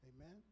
Amen